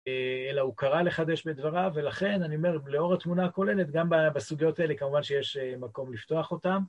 אלא הוא קרא לחדש בדבריו ולכן אני אומר, לאור התמונה הכוללת, גם בסוגיות האלה כמובן שיש מקום לפתוח אותן.